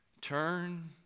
Turn